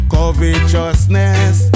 Covetousness